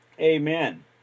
Amen